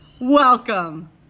welcome